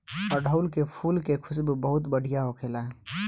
अढ़ऊल के फुल के खुशबू बहुत बढ़िया होखेला